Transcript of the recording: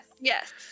yes